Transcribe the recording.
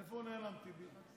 לאן נעלם טיבי?